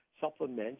supplements